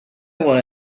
want